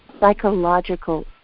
psychological